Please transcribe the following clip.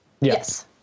Yes